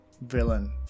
villain